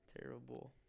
Terrible